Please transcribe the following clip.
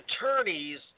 attorneys